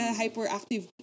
hyperactive